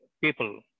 people